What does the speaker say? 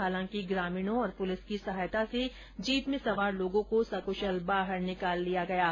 हालांकि ग्रामीणों और पुलिस की सहायता से जीप में सवार लोगों को सकुशल बाहर निकाल लिया गया है